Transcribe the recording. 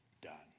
done